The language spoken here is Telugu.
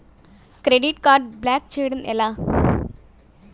క్రెడిట్ కార్డ్ బ్లాక్ చేయడం ఎలా?